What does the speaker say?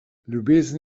ljubezen